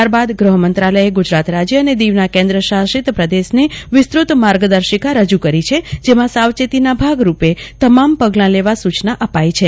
ત્યારબાદ ગૃહમંત્રાલયે ગુજરાત રાજ્ય અને દીવના કેન્દ્રશાસિત પ્રદેશને વિસ્તૃત માર્ગદર્શિકા રજૂ કરી છે જેમાં સાવચેતીના ભાગરૂપે તમામ પગલા લેવા સૂચના અપાઈ છે